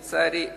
לצערי,